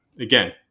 again